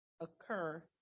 occur